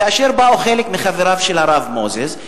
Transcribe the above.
כאשר באו חלק מחבריו של הרב מוזס,